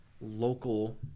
local